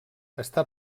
està